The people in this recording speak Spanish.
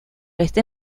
ese